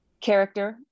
character